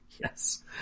Yes